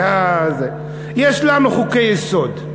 יש לנו חוקי-יסוד.